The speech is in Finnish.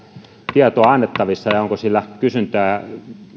tietoa annettavissa ja ja onko sillä kysyntää